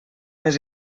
més